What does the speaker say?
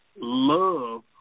love